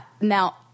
now